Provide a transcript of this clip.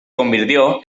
convirtió